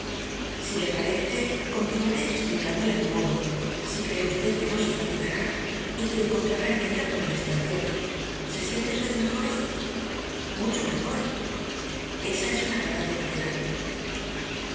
si le parece continuaré explicándome a mi modo si cree usted que no se fatigará y que encontrará en ello alguna distracción se siente usted mejor hoy mucho mejor esa es una agradable novedad